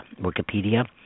Wikipedia